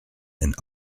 and